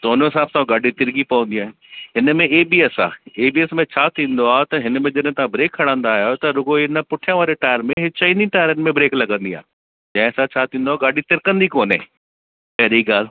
त हुन हिसाब सां गाॾी तिरकी पवंदी आहे हिन में ए बी एस आहे ए बी एस में छा थींदो आहे त हिन में जॾहिं तव्हां ब्रेक खणंदा आहियो त रुॻो हिन पुठिया वारे टायर में चईनी टायरनि में ब्रेक लॻंदी आहे जंहिं सां छा थींदो आहे गाॾी तिरकंदी कोने पहिरीं ॻाल्हि